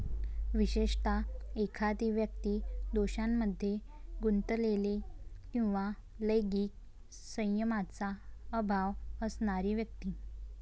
विशेषतः, एखादी व्यक्ती दोषांमध्ये गुंतलेली किंवा लैंगिक संयमाचा अभाव असणारी व्यक्ती